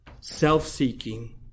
self-seeking